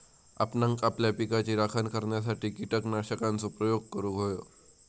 आपणांक आपल्या पिकाची राखण करण्यासाठी कीटकनाशकांचो प्रयोग करूंक व्हयो